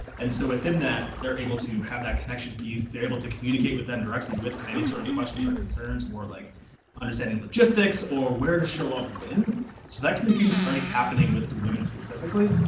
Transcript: and so within that, they're able to have that connection piece. they're able to communicate with them directly with any sort of questions or concerns more like understanding logistics or where to show up when and so that communication is already happening with the women specifically.